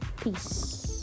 Peace